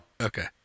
Okay